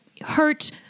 hurt